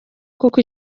kuko